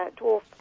dwarf